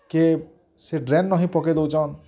କିଏ ସିଏ ଡ୍ରେନ୍ ନହେଇ ପକେଇ ଦଉଛନ୍